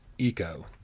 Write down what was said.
Eco